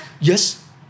yes